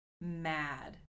mad